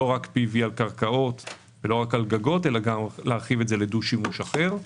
לא רק PV על קרקעות ולא רק על גגות אלא גם להרחיב את זה לדו-שימוש אחר.